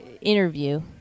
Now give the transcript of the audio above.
interview